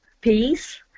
peace